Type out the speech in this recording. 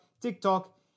TikTok